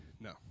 No